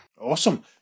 Awesome